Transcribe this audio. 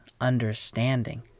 understanding